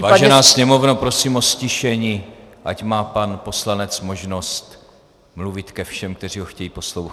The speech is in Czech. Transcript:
Vážená Sněmovno, prosím o ztišení, ať má pan poslanec možnost mluvit ke všem, kteří ho chtějí poslouchat.